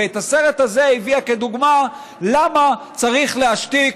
ואת הסרט הזה היא הביאה כדוגמה למה צריך להשתיק,